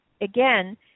again